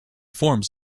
forms